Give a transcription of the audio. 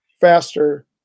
faster